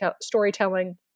storytelling